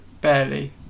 barely